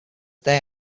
day